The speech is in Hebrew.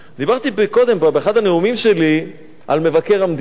דיברתי קודם באחד הנאומים שלי על מבקר המדינה.